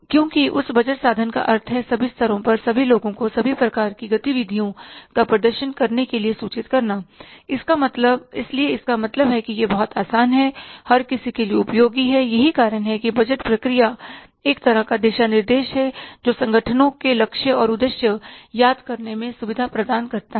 क्योंकि उस बजट साधन का अर्थ है सभी स्तरों पर सभी लोगों को सभी प्रकार की गतिविधियों का प्रदर्शन करने के लिए सूचित करना इसलिए इसका मतलब है कि यह बहुत आसान है हर किसी के लिए उपयोगी है यही कारण है कि बजट प्रक्रिया एक तरह का दिशा निर्देश है जो संगठनों के लक्ष्य और उद्देश्य याद करने में सुविधा प्रदान करता है